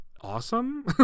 awesome